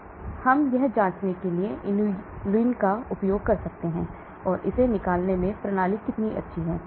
इसलिए हम यह जांचने के लिए इनुलिन का उपयोग कर सकते हैं कि इसे निकालने में प्रणाली कितनी अच्छी है